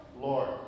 Lord